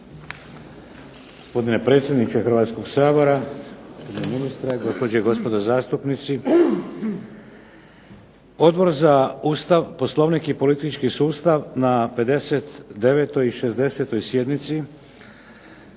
Gospodine predsjedniče Hrvatskoga sabora, gospodine ministre, gospođe i gospodo zastupnici. Odbor za Ustav, Poslovnik i politički sustav na 59. i 60. sjednici